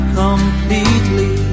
completely